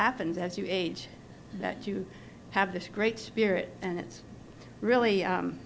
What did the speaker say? happens as you age that you have this great spirit and it's really